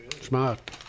Smart